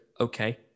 okay